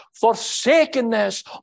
forsakenness